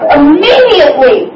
Immediately